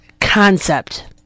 concept